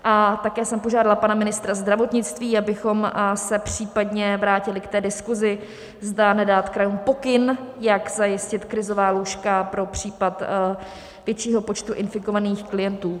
A také jsem požádala pana ministra zdravotnictví, abychom se případně vrátili k té diskuzi, zda nedat krajům pokyn, jak zajistit krizová lůžka pro případ většího počtu infikovaných klientů.